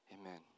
amen